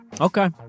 Okay